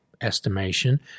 estimation